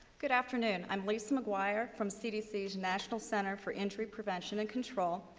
good afternoon i'm lisa mcguire from cdc's national center for injury prevention and control.